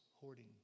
hoarding